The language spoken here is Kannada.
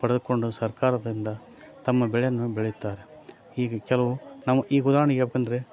ಪಡೆದುಕೊಂಡು ಸರ್ಕಾರದಿಂದ ತಮ್ಮ ಬೆಳೆಯನ್ನು ಬೆಳೀತಾರೆ ಈಗ ಕೆಲವು ನಾವು ಈಗ ಉದಾಹರಣೆಗೆ ಹೇಳ್ಬೇಕಂದ್ರೆ